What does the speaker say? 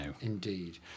Indeed